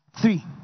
Three